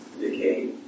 decay